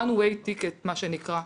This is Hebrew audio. one way ticket, מה שנקרא.